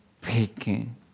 picking